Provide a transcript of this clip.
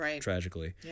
tragically